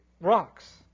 rocks